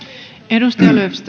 arvoisa rouva